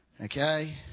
Okay